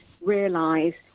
realise